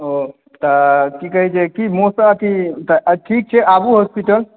तऽ की कहै छै आबू होस्पिटल